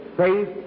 Faith